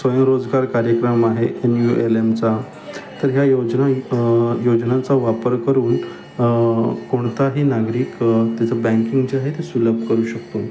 स्वयंरोजगार कार्यक्रम आहे एन यू एल एमचा तर ह्या योजना योजनांचा वापर करून कोणताही नागरिक त्याचं बँकिंग जे आहे ते सुलभ करू शकतो